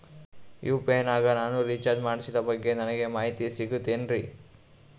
UPI ನಾಗ ನಾನು recharge ಮಾಡಿಸಿದ ಬಗ್ಗೆ ನನಗೆ ಮಾಹಿತಿ ಸಿಗುತೇನ್ರೀ?